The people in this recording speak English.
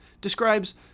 describes